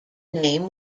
name